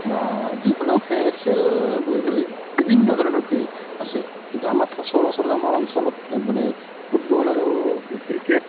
বা যিকোনো খে খেল বুলি ক'লে বিভিন্ন ধৰণৰ খেল আছে কিন্তু আমাৰ সচৰাচৰ আমাৰ অঞ্চলত মানে ফুটবল আৰু ক্ৰিকেট